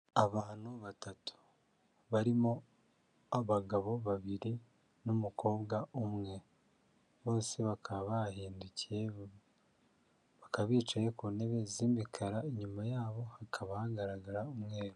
Abantu batatu. Barimo, abagabo babiri, n'umukobwa umwe. Bose bakaba bahindukiye, bakaba bicaye ku ntebe z'imikara inyuma yabo hakaba hagaragara umweru.